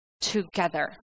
together